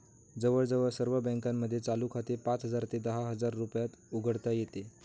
जवळजवळ सर्व बँकांमध्ये चालू खाते पाच हजार ते दहा हजार रुपयात उघडता येते